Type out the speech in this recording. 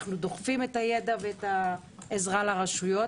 אנחנו דוחפים את הידע והעזרה לרשויות.